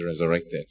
resurrected